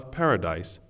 paradise